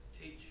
Teach